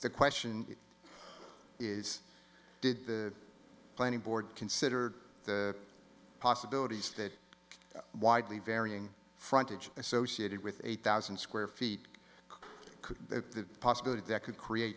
the question is did the planning board consider the possibilities that widely varying frontage associated with eight thousand square feet could the possibility that could create